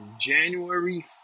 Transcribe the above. January